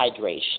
hydration